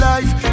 Life